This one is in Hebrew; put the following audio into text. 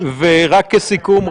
ורק כסיכום,